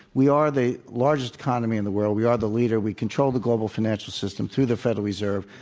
we are the largest economy in the world. we are the leader. we control the global financial system through the federal reserve.